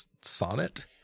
sonnet